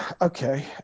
Okay